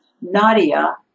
Nadia